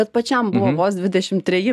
bet pačiam buvo vos dvidešimt treji